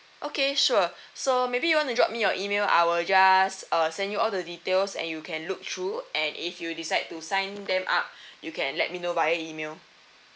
okay sure so maybe you wanna drop me your email I will just uh send you all the details and you can look through and if you decide to sign them up you can let me know via email